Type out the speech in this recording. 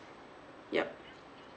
yup